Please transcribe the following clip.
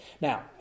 Now